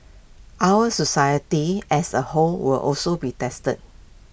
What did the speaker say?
our society as A whole will also be tested